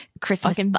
Christmas